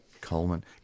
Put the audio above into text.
Coleman